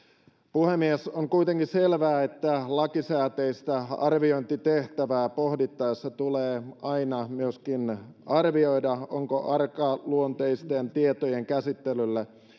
puhemies on kuitenkin selvää että lakisääteistä arviointitehtävää pohdittaessa tulee aina myöskin arvioida onko arkaluonteisten tietojen käsittelyllä